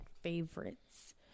favorites